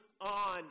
on